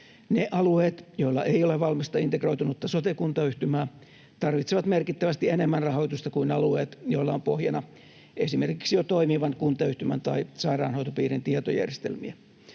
Ne alueet, joilla ei ole valmista, integroitunutta sote-kuntayhtymää, tarvitsevat merkittävästi enemmän rahoitusta kuin alueet, joilla on pohjana esimerkiksi jo toimivan kuntayhtymän tai sairaanhoitopiirin tietojärjestelmiä.